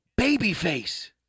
babyface